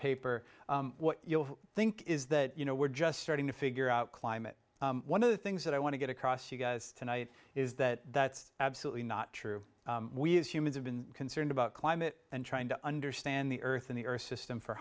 paper what you think is that you know we're just starting to figure out climate one of the things that i want to get across you guys tonight is that it's absolutely not true we as humans have been concerned about climate and trying to understand the earth and the earth system for